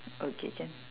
okay can